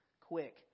Quick